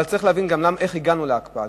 אבל צריך להבין גם איך הגענו להקפאה.